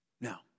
Now